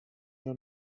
your